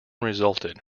resulted